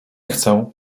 chcę